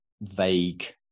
vague